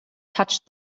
touched